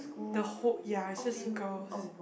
the whole ya it's just girls